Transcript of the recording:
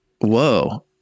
whoa